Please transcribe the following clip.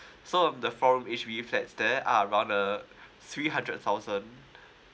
so um the form H_D_B flat there are around uh three hundred thousand